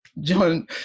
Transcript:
John